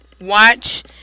watch